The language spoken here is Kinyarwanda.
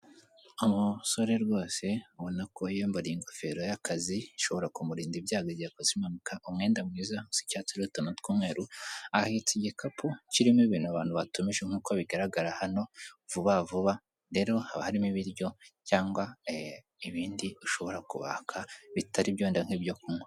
Umusore rwose abona ko yiyambariye ingofero y'akazi, ishobora kumurinda ibyago igihe yakoze impanuka, umwenda mwiza usa icyatsi, utuntu tw'umweru, ahetse igikapu kirimo ibintu abantu batumije nk'uko bigaragara hano, vuba vuba, rero haba harimo ibiryo cyangwa ibindi ushobora kubaka bitari ibiryo wenda nk'ibyo kunywa.